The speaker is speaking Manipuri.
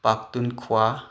ꯄꯥꯛꯇꯨꯟꯈ꯭ꯋꯥ